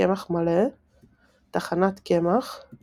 קמח מלא טחנת קמח ==